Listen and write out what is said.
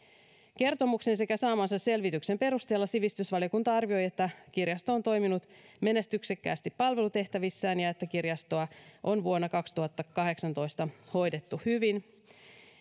kertomuksen sekä saamansa selvityksen perusteella sivistysvaliokunta arvioi että kirjasto on toiminut menestyksekkäästi palvelutehtävissään ja että kirjastoa on vuonna kaksituhattakahdeksantoista hoidettu hyvin